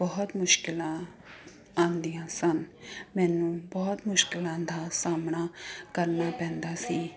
ਬਹੁਤ ਮੁਸ਼ਕਿਲਾਂ ਆਉਂਦੀਆਂ ਸਨ ਮੈਨੂੰ ਬਹੁਤ ਮੁਸ਼ਕਿਲਾਂ ਦਾ ਸਾਹਮਣਾ ਕਰਨਾ ਪੈਂਦਾ ਸੀ